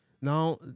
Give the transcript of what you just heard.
Now